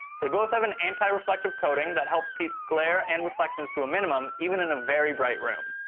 they both have an anti-reflective coating that helps keep glare and reflections to a minimum, even in a very bright room.